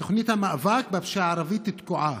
"תוכנית המאבק בפשיעה הערבית תקועה,